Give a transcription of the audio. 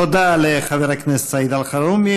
תודה לחבר הכנסת סעיד אלחרומי.